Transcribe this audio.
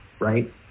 right